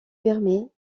permet